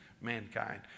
mankind